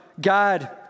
God